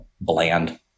bland